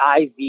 IV